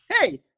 Hey